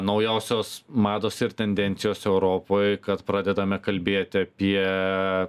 naujausios mados ir tendencijos europoj kad pradedame kalbėti apie